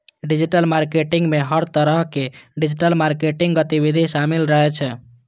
digital marketing मे हर तरहक डिजिटल मार्केटिंग गतिविधि शामिल रहै छै